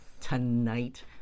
tonight